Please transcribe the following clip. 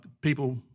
people